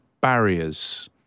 barriers